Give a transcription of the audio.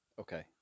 Okay